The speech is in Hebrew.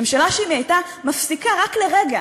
ממשלה שאם הייתה מפסיקה רק לרגע